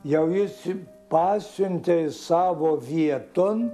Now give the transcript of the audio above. jau jis pasiuntė savo vieton